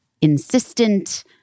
insistent